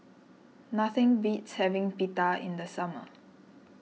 nothing beats having Pita in the summer